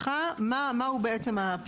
לא, מתן ההרשאה בא עם